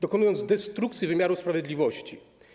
Dokonali oni destrukcji wymiaru sprawiedliwości.